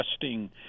testing